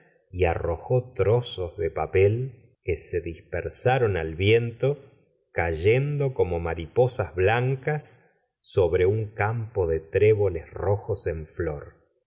y arrojó trozos de papel que se dispersaron al viento cayendo comq mariposas blancas sobre un campo de tré boles rojos en flor